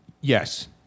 Yes